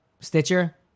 Stitcher